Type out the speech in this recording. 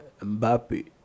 Mbappe